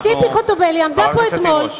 ציפי חוטובלי עמדה פה אתמול